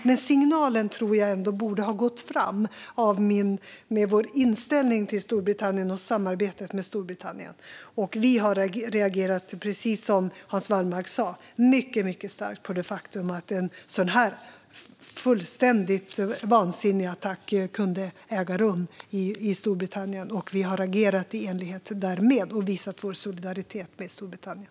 Men signalen borde ändå ha gått fram när det gäller vår inställning till och samarbetet med Storbritannien. Vi har även, precis som Hans Wallmark sa, reagerat mycket starkt på att en sådan fullständigt vansinnig attack kunde äga rum i Storbritannien. Vi har agerat i enlighet därmed och visat vår solidaritet med Storbritannien.